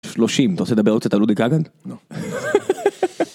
30, אתה רוצה לדבר עוד קצת על אודי כגן.